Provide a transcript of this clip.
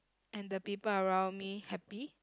and the people around me happy